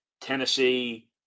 Tennessee